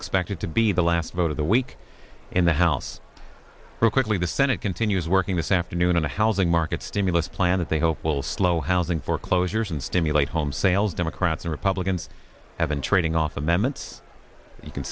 expected to be the last vote of the week in the house quickly the senate continues working this afternoon on the housing market stimulus plan that they hope will slow housing foreclosures and stimulate home sales democrats and republicans have been trading off amendments you can